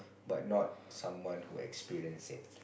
but not someone who experience it